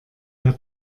der